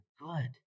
good